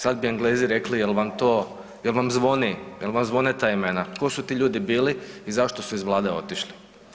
Sad bi Englezi rekli jel vam to, jel vam zvoni, jel vam zvone ta imena, tko su ti ljudi bili i zašto su iz Vlade otišli.